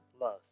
love